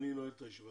אני נועל את הישיבה.